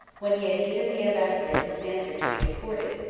when he had given the ambassadors this answer to be reported,